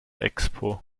expo